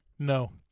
No